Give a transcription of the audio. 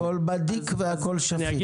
הכול בדיק והכול שפיט.